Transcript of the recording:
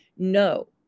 No